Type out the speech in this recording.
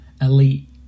elite